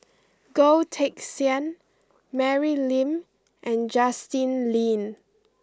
Goh Teck Sian Mary Lim and Justin Lean